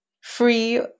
free